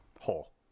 hole